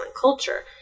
culture